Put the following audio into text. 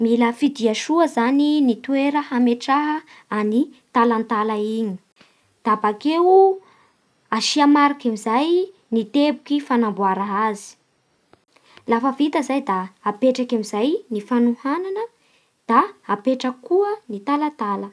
Mila fisia soa zany ny toera hametrany talantala iny, da bakeo asia mariky amin'izay ny teboky fanamboara azy, lafa vita zay da apetraky amin'izay ny fanohanana, da apetraky koa ny talatala.